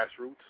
Grassroots